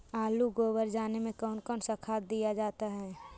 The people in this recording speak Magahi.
आलू ओवर जाने में कौन कौन सा खाद दिया जाता है?